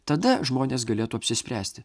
tada žmonės galėtų apsispręsti